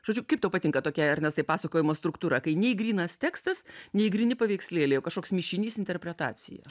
žodžiu kaip tau patinka tokia ernestai pasakojimo struktūra kai nei grynas tekstas nei gryni paveikslėliai o kažkoks mišinys interpretacija